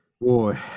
Boy